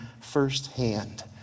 firsthand